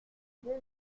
deux